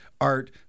art